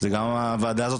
גם הוועדה הזאת,